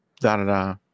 da-da-da